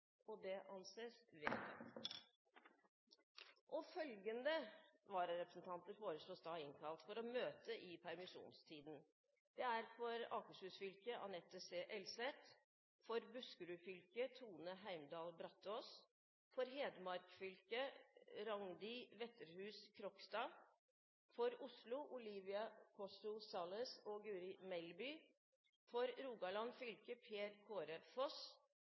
Følgende vararepresentanter innkalles for å møte i permisjonstiden: For Akershus fylke: Anette C. ElsethFor Buskerud fylke: Tone Heimdal BrataasFor Hedmark fylke: Rangdi Wetterhus KrogstadFor Oslo: Olivia Corso Salles og Guri MelbyFor Rogaland fylke: Per Kåre